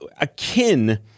akin